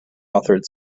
authored